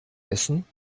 essen